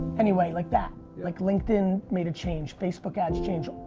anyway, like that. like, linkedin made a change, facebook had its change,